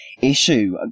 issue